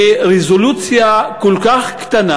ברזולוציה כל כך קטנה,